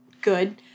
good